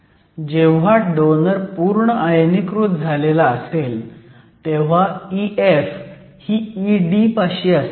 जेव्हा डोनर पूर्ण आयनीकृत झालेला असेल तेव्हा EF ही ED पाशी असेल